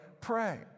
pray